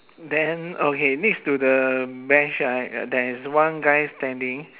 then okay next to the bench right uh there is one guy standing